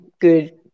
Good